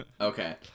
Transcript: Okay